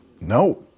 No